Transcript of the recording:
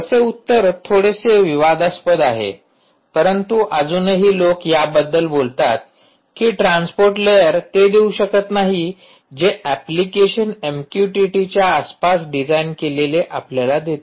तसे उत्तर थोडेसे विवादास्पद आहे परंतु अजूनही लोक याबद्दल बोलतात कि ट्रान्सपोर्ट लेयर ते देऊ शकत नाही जे अॅप्लिकेशन एमक्यूटीटीच्या आसपास डिझाइन केलेले आपल्याला देत